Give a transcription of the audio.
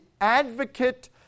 advocate